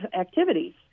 activities